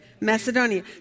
Macedonia